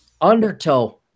undertow